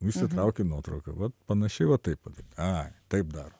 išsitrauki nuotrauką vat panašiai va taip a taip darom